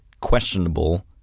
questionable